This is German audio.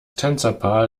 tänzerpaar